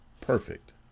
perfect